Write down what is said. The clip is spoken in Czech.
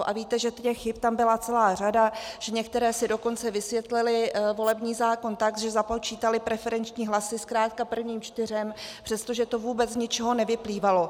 A víte, že chyb tam byla celá řada, že některé si dokonce vysvětlily volební zákon tak, že započítaly preferenční hlasy zkrátka prvním čtyřem, přestože to vůbec z ničeho nevyplývalo.